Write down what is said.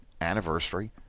anniversary